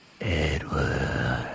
Edward